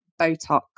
Botox